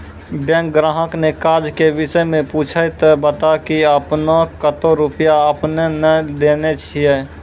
Bank ग्राहक ने काज के विषय मे पुछे ते बता की आपने ने कतो रुपिया आपने ने लेने छिए?